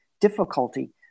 difficulty